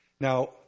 Now